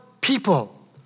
people